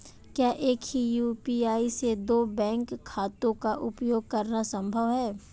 क्या एक ही यू.पी.आई से दो बैंक खातों का उपयोग करना संभव है?